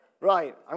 Right